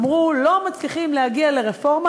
אמרו: לא מצליחים להגיע לרפורמה,